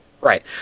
Right